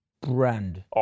brand